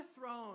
throne